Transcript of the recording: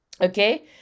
okay